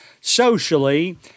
socially